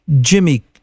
Jimmy